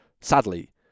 Sadly